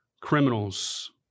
criminals